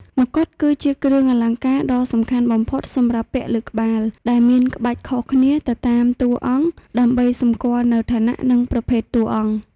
មកុដគឺជាគ្រឿងអលង្ការដ៏សំខាន់បំផុតសម្រាប់ពាក់លើក្បាល ដែលមាន ក្បាច់ខុសគ្នាទៅតាមតួអង្គ ដើម្បីសម្គាល់នូវឋានៈ និងប្រភេទតួអង្គ។